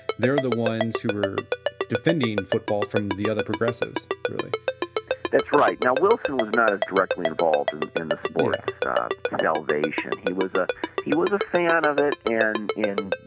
they are the ones who were defending football from the other progressives, really that's right. now wilson was not as directly involved and in the sports salvation. he was ah he was a fan of it and in,